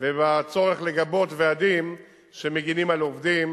ובצורך לגבות ועדים שמגינים על עובדים,